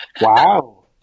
Wow